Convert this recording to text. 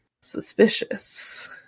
suspicious